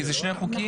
כי אלה שני חוקים,